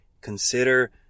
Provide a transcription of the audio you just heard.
consider